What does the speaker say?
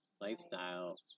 lifestyle